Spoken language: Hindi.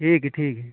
ठीक है ठीक है